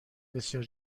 بسیار